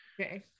Okay